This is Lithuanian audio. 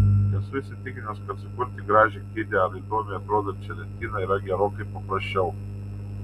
esu įsitikinęs kad sukurti gražią kėdę ar įdomiai atrodančią lentyną yra gerokai paprasčiau